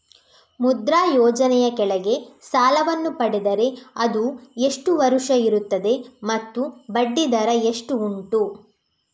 ಮುದ್ರಾ ಯೋಜನೆ ಯ ಕೆಳಗೆ ಸಾಲ ವನ್ನು ಪಡೆದರೆ ಅದು ಎಷ್ಟು ವರುಷ ಇರುತ್ತದೆ ಮತ್ತು ಬಡ್ಡಿ ದರ ಎಷ್ಟು ಉಂಟು?